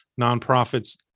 nonprofits